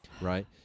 Right